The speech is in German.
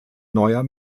neuer